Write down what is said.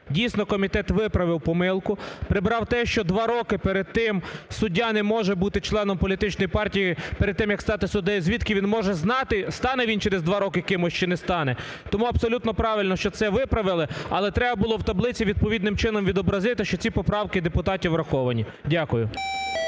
Дійсно, комітет виправив помилку, прибрав те, що два роки перед тим суддя не може бути членом політичної партії перед тим, як стати суддею. Звідки він може знати, стане він через два роки кимось чи не стане. Тому абсолютно правильно, що це вправили, але треба було в таблиці відповідним чином відобразити, що ці поправки депутатів враховані. Дякую.